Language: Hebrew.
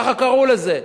ככה קראו לזה.